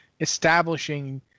establishing